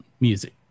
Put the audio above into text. music